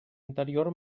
interior